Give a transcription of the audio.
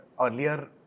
earlier